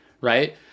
Right